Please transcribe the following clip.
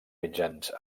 mitjans